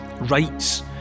rights